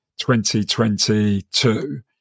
2022